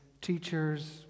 teachers